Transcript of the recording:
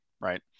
Right